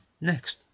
next